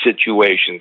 situations